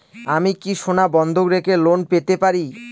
আমি কি সোনা বন্ধক রেখে লোন পেতে পারি?